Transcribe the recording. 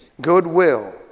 goodwill